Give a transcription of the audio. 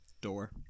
Door